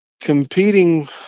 competing